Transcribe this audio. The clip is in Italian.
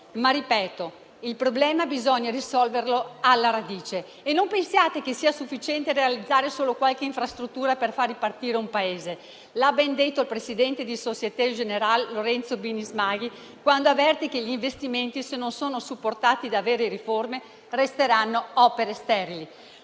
ma, ripeto, il problema bisogna risolverlo alla radice. E non pensiate sia sufficiente realizzare solo qualche infrastruttura per far ripartire un Paese. L'ha ben detto il presidente di Société générale, Lorenzo Bini Smaghi, quando avverte che gli investimenti, se non sono supportati da vere riforme, resteranno opere sterili.